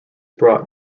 brought